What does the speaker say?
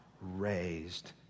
raised